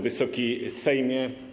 Wysoki Sejmie!